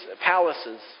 palaces